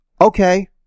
Okay